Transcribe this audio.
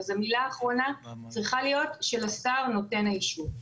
אז המילה האחרונה צריכה להיות של השר נותן האישור.